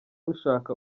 rushaka